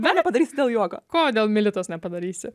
ne nepadarysi dėl juoko ko dėl melitos nepadarysi